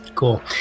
Cool